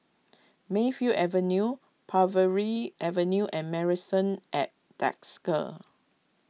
Mayfield Avenue Parbury Avenue and Marrison at Desker